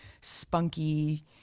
spunky